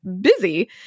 busy